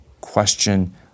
question